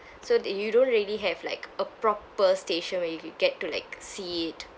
so d~ you don't really have like a proper station where you can get to like see it